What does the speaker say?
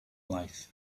life